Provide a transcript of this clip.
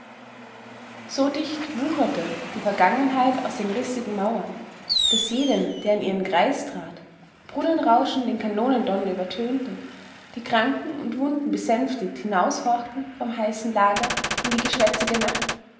so dicht wucherte die vergangenheit aus den rissigen mauern daß jedem der in ihren kreis trat brunnenrauschen den kanonendonner übertönte die kranken und wunden besänftigt hinaushorchten vom heißen lager in die geschwätzige nacht